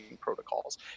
protocols